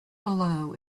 below